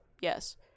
yes